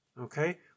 okay